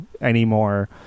anymore